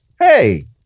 Hey